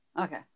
Okay